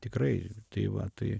tikrai tai va tai